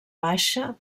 baixa